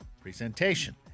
Presentation